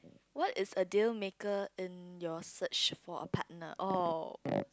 what is a deal maker in your search for a partner or